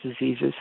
diseases